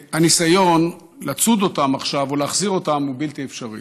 והניסיון לצוד אותם עכשיו או להחזיר אותם הוא בלתי אפשרי.